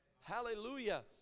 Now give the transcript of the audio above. Hallelujah